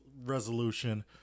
resolution